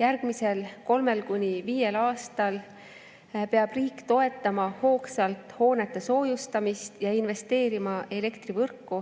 Järgmisel kolmel kuni viiel aastal peab riik toetama hoogsalt hoonete soojustamist ja investeerima elektrivõrku,